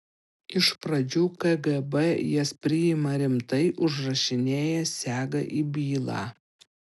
iš pradžių kgb jas priima rimtai užrašinėja sega į bylą